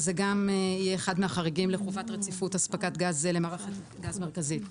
אז זה גם יהיה אחד מהחריגים לתקופת רציפות הספקת גז למערכת גז מרכזית.